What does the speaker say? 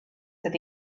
said